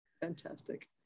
fantastic